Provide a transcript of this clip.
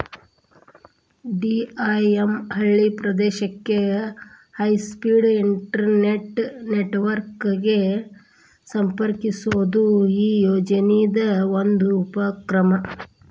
DIM ಹಳ್ಳಿ ಪ್ರದೇಶಕ್ಕೆ high speed internet network ಗ ಸಂಪರ್ಕಿಸೋದು ಈ ಯೋಜನಿದ್ ಒಂದು ಉಪಕ್ರಮ